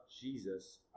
Jesus